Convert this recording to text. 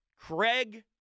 Craig